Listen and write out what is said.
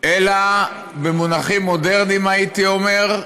אלא במונחים מודרניים, הייתי אומר,